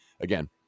again